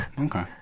okay